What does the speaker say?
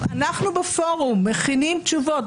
אנחנו בפורום מכינים תשובות,